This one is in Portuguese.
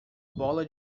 bola